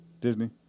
Disney